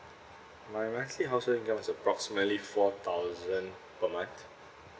my monthly household income is approximately four thousand per month